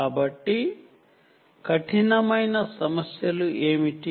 కాబట్టి కఠినమైన సమస్యలు ఏమిటి